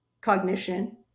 cognition